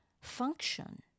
function